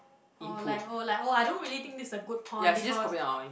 or like or like I don't really think this a good point because